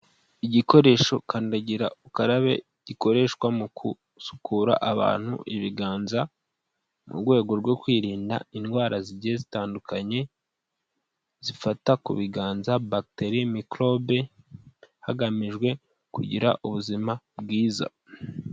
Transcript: Igikoresho kandagira ukarabe gikoreshwa mu gusukura abantu ibiganza, mu rwego rwo kwirinda indwara zigiye zitandukanye zifata ku biganza, bakiteri, mikorobe, hagamijwe kugira ubuzima bwiza.